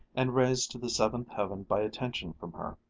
and raised to the seventh heaven by attention from her.